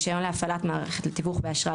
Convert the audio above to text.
רישיון להפעלת מערכת לתיווך באשראי",